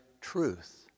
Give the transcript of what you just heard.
truth